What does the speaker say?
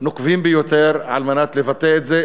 נוקבים ביותר על מנת לבטא את זה,